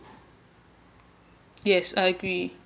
yes I agree